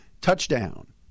TOUCHDOWN